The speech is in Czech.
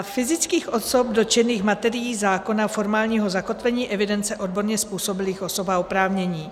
fyzických osob dotčených materií zákona, formálního zakotvení evidence odborně způsobilých osob a oprávnění.